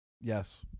Yes